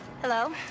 Hello